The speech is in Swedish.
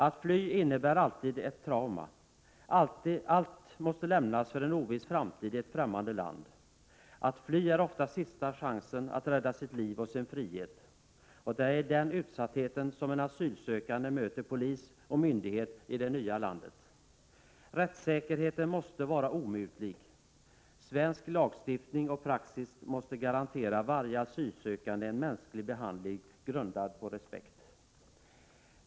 Att fly innebär alltid ett trauma. Allt måste lämnas för en oviss framtid i ett främmande land. Att fly är ofta sista chansen att rädda sitt liv och sin frihet. Det är i den utsattheten som en asylsökande möter polis och myndighet i det nya landet. Rättssäkerheten måste vara omutlig. Svensk lagstiftning och praxis måste garantera varje asylsökande en mänsklig behandling grundad på respekt.